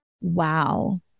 wow